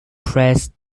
press